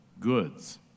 goods